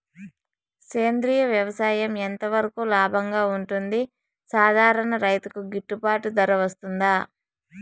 సేంద్రియ వ్యవసాయం ఎంత వరకు లాభంగా ఉంటుంది, సాధారణ రైతుకు గిట్టుబాటు ధర వస్తుందా?